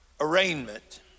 arraignment